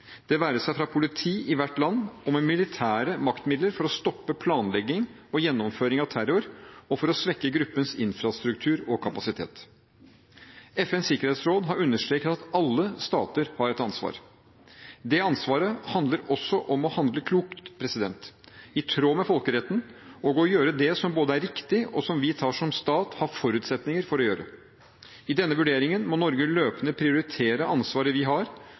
det være seg fra politi i hvert land og med militære maktmidler for å stoppe planlegging og gjennomføring av terror, og for å svekke gruppens infrastruktur og kapasitet. FNs sikkerhetsråd har understreket at alle stater har et ansvar. Det ansvaret handler også om å handle klokt, i tråd med folkeretten, og å gjøre det som både er riktig og som vi som stat har forutsetninger for å gjøre. I denne vurderingen må Norge løpende prioritere ansvaret vi har